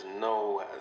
no